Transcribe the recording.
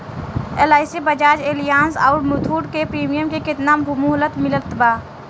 LIC Bajaj Allianz आउर मुथूट के premium के केतना मुहलत मिलल बा?